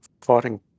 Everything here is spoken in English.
fighting